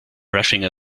rushing